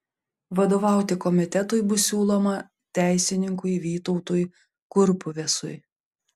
vadovauti komitetui bus siūloma teisininkui vytautui kurpuvesui